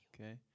okay